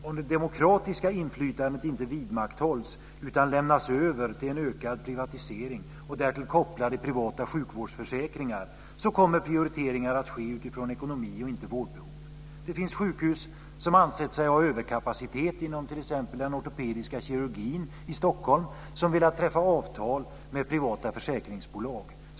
Om det demokratiska inflytandet inte vidmakthålls utan lämnas över till en ökad privatisering och därtill kopplade privata sjukvårdsförsäkringar kommer prioriteringar att ske utifrån ekonomi och inte vårdbehov. Det finns sjukhus som har ansett sig ha överkapacitet inom t.ex. den ortopediska kirurgin i Stockholm som har velat träffa avtal med privata försäkringsbolag.